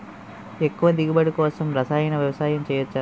ఎక్కువ దిగుబడి కోసం రసాయన వ్యవసాయం చేయచ్చ?